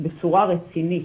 בצורה רצינית.